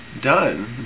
done